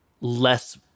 less